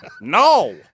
No